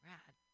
Rad